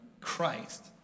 Christ